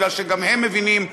כי גם הם מבינים,